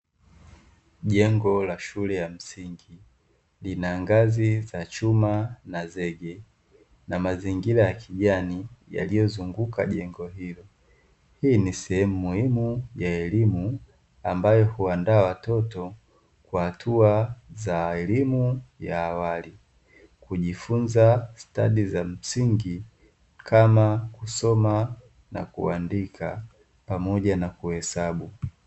Jengo la shule ya msingi lina ngazi za chuma na zege na mazingira ya kijani yaliyozunguka jengo hilo, hii ni sehemu muhimu ya elimu ambayo huandaa watoto kwa hatua za elimu ya awali, kujifunza stadi za msingi kama kusoma na kuandika pamoja na kuhesabu.